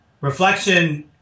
Reflection